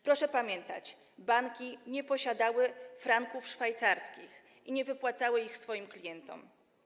Proszę pamiętać, banki nie posiadały franków szwajcarskich i nie wypłacały ich swoim klientom.